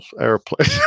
airplane